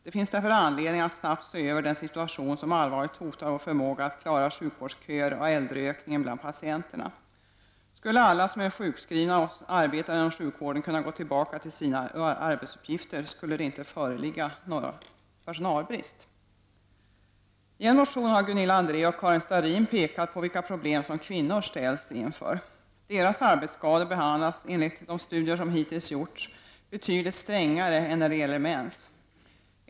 Det finns därför anledning att snabbt se över den situation som allvarligt hotar vår förmåga att klara sjukvårdsköer och äldreökningen bland patienterna. Skulle alla som är sjukskrivna och arbetar inom sjukvården kunna gå tillbaka till sina arbetsuppgifter skulle det inte föreligga någon personalbrist. I en motion har Gunilla André och Karin Starrin pekat på vilka problem som kvinnor ställs inför. Deras arbetsskador behandlas enligt de studier som hittills gjorts betydligt strängare än när det gäller mäns.